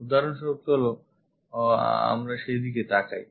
উদাহরণস্বরূপ চলো আমরা সেদিকে তাকাই